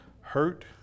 hurt